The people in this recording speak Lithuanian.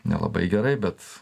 nelabai gerai bet